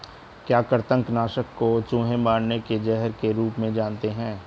क्या कृतंक नाशक को चूहे मारने के जहर के रूप में जानते हैं?